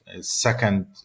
second